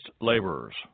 laborers